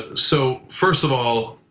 ah so first of all,